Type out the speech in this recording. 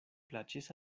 plaĉis